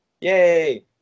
yay